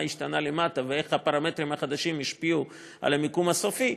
מה השתנה למטה ואיך הפרמטרים החדשים השפיעו על המקום הסופי,